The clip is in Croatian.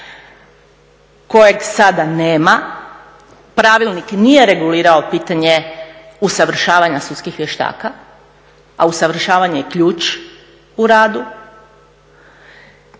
kojeg sada nema. Pravilnik nije regulirao pitanje usavršavanja sudskih vještaka, a usavršavanje je ključ u radu.